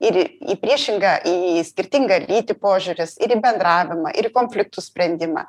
ir į priešingą į skirtingą lytį požiūris ir į bendravimą ir į konfliktų sprendimą